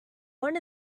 one